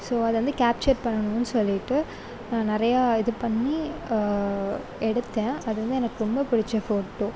so அதை வந்து capture பண்ணணுன்னு சொல்லிவிட்டு நிறையா இது பண்ணி எடுத்தேன் அது வந்து எனக்கு ரொம்ப பிடிச்ச ஃபோட்டோ